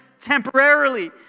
temporarily